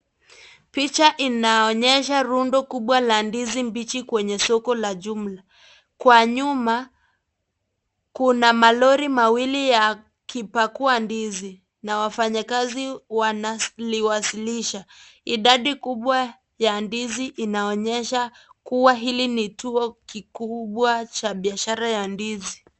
Picha inaonyesha rundo kubwa la ndizi mbichi kwenye soko la jumla, kwa nyuma, kuna maroli mawili yakipakua ndizi na, wafanyakazi wana, wanaziwasilisha, idadi kubwa ya ndizi inaonyesha kuwa hili ni kituo kikubwa cha biashara ya ndizi.